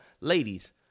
Ladies